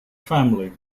family